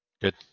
Good